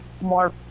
more